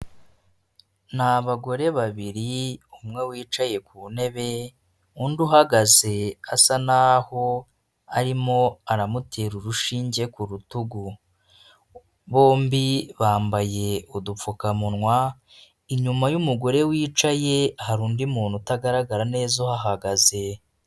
Ni abagore babiri umwe wicaye ku ntebe undi uhagaze asa naho arimo aramutera urushinge ku rutugu bombi bambaye udupfukamunwa inyuma y'umugore wicaye hari undi muntu utagaragara neza uhahagaze.